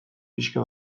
pixka